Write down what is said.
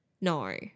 No